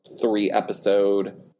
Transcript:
three-episode